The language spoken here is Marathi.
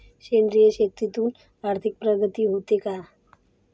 सेंद्रिय शेतीतून आर्थिक प्रगती होते का?